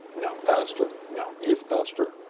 no. pastor? no. youth pastor?